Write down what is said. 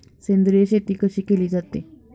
सेंद्रिय शेती कशी केली जाते?